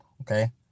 okay